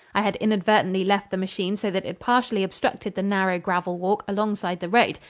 i had inadvertantly left the machine so that it partially obstructed the narrow gravel walk alongside the road,